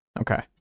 Okay